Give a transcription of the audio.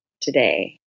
today